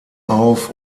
auf